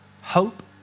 hope